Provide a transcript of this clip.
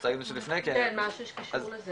מה שקשור לזה